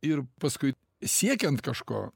ir paskui siekiant kažko